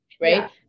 Right